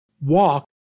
walk